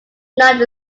not